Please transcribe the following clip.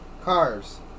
Cars